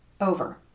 over